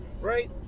Right